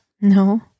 No